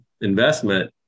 investment